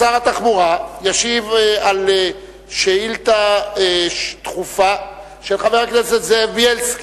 שר התחבורה ישיב על שאילתא דחופה של חבר הכנסת זאב בילסקי,